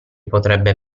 potrebbe